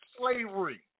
slavery